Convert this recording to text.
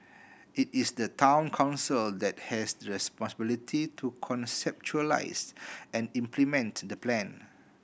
it is the Town Council that has the responsibility to conceptualise and implement the plan